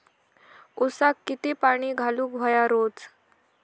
ऊसाक किती पाणी घालूक व्हया रोज?